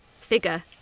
figure